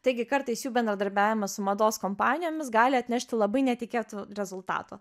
taigi kartais jų bendradarbiavimas su mados kompanijomis gali atnešti labai netikėtų rezultatų